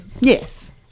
Yes